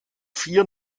vier